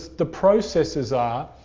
the processes are,